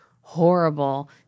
horrible